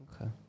Okay